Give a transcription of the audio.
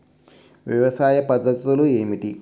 వ్యవసాయ పద్ధతులు ఏమిటి?